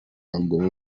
ngo